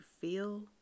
feel